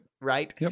right